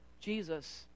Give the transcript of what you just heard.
Jesus